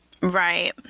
Right